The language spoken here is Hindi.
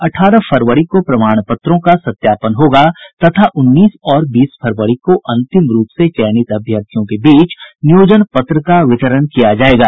अठारह फरवरी को प्रमाण पत्रों का सत्यापन होगा तथा उन्नीस और बीस फरवरी को अंतिम रूप से चयनित अभ्यर्थियों के बीच नियोजन पत्र का वितरण किया जायेगा